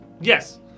yes